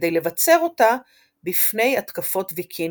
כדי לבצר אותה בפני התקפות ויקינגים.